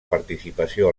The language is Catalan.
participació